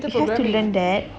you have to learn that